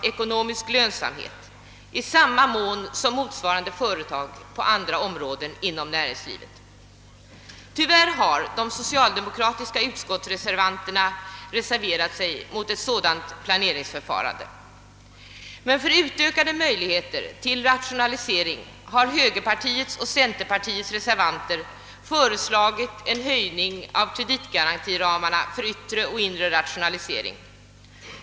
Tyvärr har de socialdemokratiska utskottsledamöterna gått emot ett sådant planeringsförfarande. För att åstadkomma ökade möjligheter till rationalisering har högerpartiets och centerpartiets ledamöter i reservation föreslagit en höjning av kreditgarantiramarna för yttre och inre rationalisering.